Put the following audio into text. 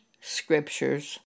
scriptures